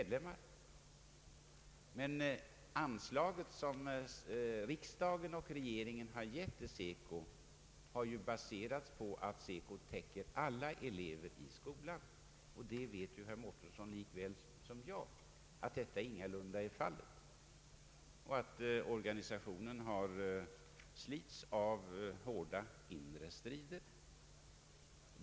Det anslag som regeringen har gett SECO har baserats på att SECO täcker alla elever i skolan. Herr Mårtensson vet lika väl som jag att detta ingalunda är fallet och att organisationen slits av hårda inre strider.